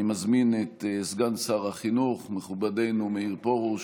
אני מזמין את סגן שר החינוך, מכובדנו מאיר פרוש,